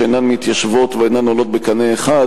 שאינן מתיישבות ואינן עולות בקנה אחד